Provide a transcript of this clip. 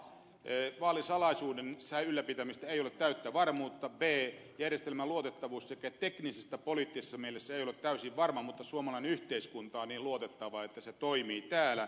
a vaalisalaisuuden ylläpitämisestä ei ole täyttä varmuutta b järjestelmän luotettavuus sekä teknisessä että poliittisessa mielessä ei ole täysin varma mutta suomalainen yhteiskunta on niin luotettava että se toimii täällä